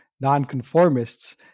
non-conformists